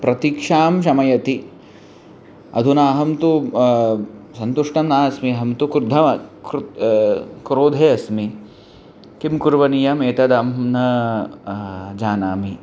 प्रतीक्षां शमयति अधुना अहं तु सन्तुष्टं नास्मि अहं तु क्रुद्धः क्रुत् क्रोधे अस्मि किं कुर्वनीयम् एतदहं न जानामि